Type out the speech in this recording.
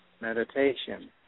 Meditation